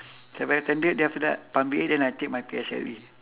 seven attended then after that primary eight then I take my P_S_L_E